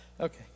Okay